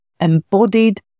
embodied